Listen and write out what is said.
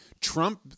Trump